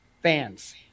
fans